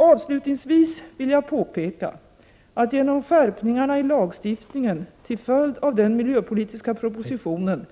Avslutningsvis vill jag påpeka att genom skärpningarna i lagstiftningen till följd av den miljöpolitiska propositionen,